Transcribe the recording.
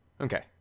Okay